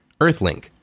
Earthlink